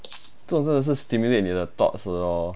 这真的是 stimulate 你的 thoughts 的咯